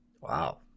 Wow